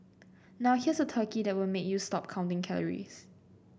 now here's a turkey that will make you stop counting calories